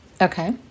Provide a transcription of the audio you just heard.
Okay